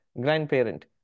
grandparent